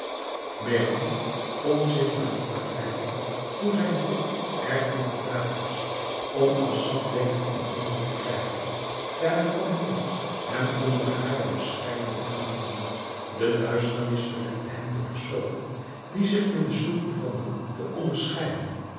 behram kon zich maar niet begrijpen hoe zijn volk er toe geraakt was om assad weder in handen te krijgen daar de koningin hem onder hare bescherming had genomen de duisternis belette hem de personen die zich in de sloep bevonden te onderscheiden